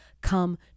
come